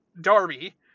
Darby